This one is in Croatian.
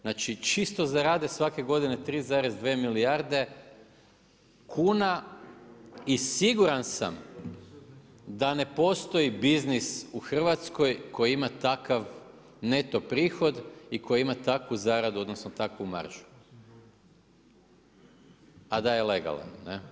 Znači čisto zarade svake godine 3,2 milijarde kuna i siguran sam da ne postoji biznis u Hrvatskoj koji ima takav neto prihod i koji ima takvu zaradu, odnosno takvu maržu, a da je legalan.